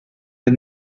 des